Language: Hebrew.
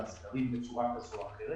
הסקרים בצורה כזו או אחרת.